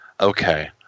Okay